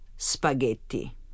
spaghetti